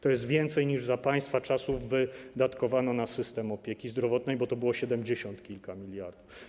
To więcej niż za państwa czasów wydatkowano na system opieki zdrowotnej, bo to było siedemdziesiąt kilka miliardów.